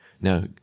now